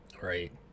Right